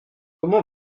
comment